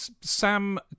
Sam